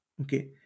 okay